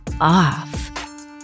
off